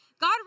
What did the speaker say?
God